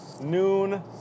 noon